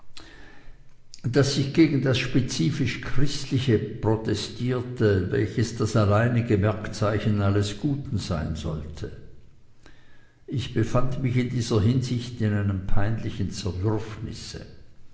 daß ich gegen das spezifisch christliche protestierte welches das alleinige merkzeichen alles guten sein sollte ich befand mich in dieser hinsicht in einem peinlichen